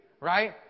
right